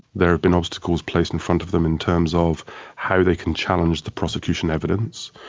there have been obstacles placed in front of them in terms of how they can challenge the prosecution evidence.